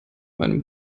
meinem